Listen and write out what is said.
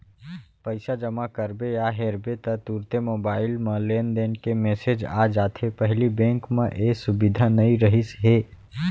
पइसा जमा करबे या हेरबे ता तुरते मोबईल म लेनदेन के मेसेज आ जाथे पहिली बेंक म ए सुबिधा नई रहिस हे